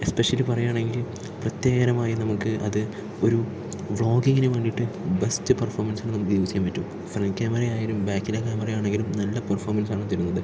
especially പറയുകയാണെങ്കിൽ പ്രത്യേകമായി നമുക്ക് അത് ഒരു വ്ളോഗ്ഗിങ്ങിന് വേണ്ടിയിട്ട് ബെസ്റ്റ് പെർഫോർമൻസിന് നമുക്ക് യൂസ് ചെയ്യാൻ പറ്റും ഫ്രണ്ട് ക്യാമറ ആയാലും ബാക്കിലെ ക്യാമറ ആണെങ്കിലും നല്ല പെർഫോർമൻസ് ആണ് തരുന്നത്